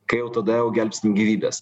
kai jau tada jau gelbstim gyvybes